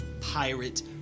pirate